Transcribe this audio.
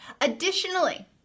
additionally